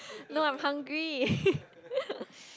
no I'm hungry